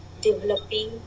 developing